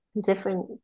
different